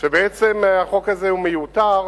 היא שבעצם החוק הזה מיותר,